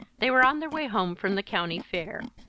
they were on their way home from the county fair.